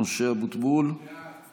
(דיונים בבתי משפט ובבתי דין בהשתתפות